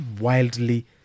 wildly